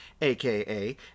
aka